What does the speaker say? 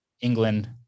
England